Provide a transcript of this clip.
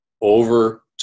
Over